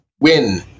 win